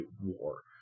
war